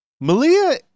Malia